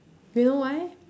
you know why